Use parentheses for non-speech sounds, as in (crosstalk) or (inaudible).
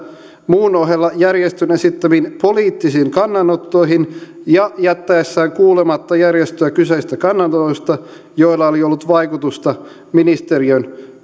muun ohella järjestön esittämiin poliittisiin kannanottoihin ja jättäessään kuulematta järjestöä kyseisistä kannanotoista joilla oli ollut vaikutusta ministeriön (unintelligible)